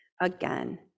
again